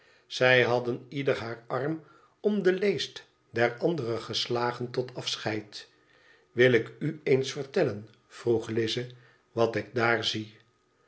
zij hadden ieder haar arm om de leest der andere geslagen tot afecheid wil ik u eens vertellen vroeg lize wat ik daar zie